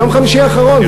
ביום חמישי האחרון,